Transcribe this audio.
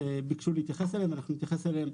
ביקשו להתייחס אליהם, אנחנו נתייחס אליהם.